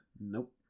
Nope